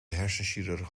hersenchirurg